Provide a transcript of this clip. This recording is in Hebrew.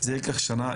זה ייקח שנה?